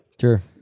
Sure